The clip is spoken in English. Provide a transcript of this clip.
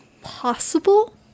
possible